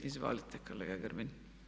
Izvolite kolega Grbin.